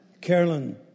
Carolyn